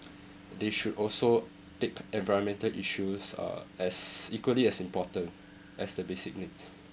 they should also take environmental issues uh as equally as important as the basic needs